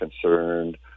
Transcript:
concerned